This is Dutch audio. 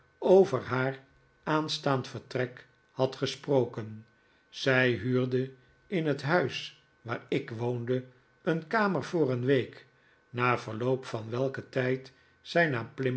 over haar aanstaand vertrek had gesproken zij huurde in het huis waar ik woonde een kamer voor een week na verloop van welken tijd zij